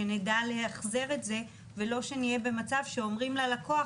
שנדע לאחזר את זה ושלא נהיה במצב שאומרים ללקוח: